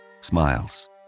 smiles